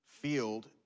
field